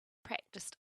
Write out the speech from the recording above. practiced